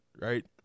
right